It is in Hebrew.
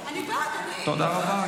אני באה, אדוני.